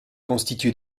constituée